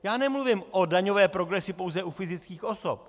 Já nemluvím o daňové progresi pouze u fyzických osob.